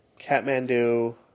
Kathmandu